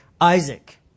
Isaac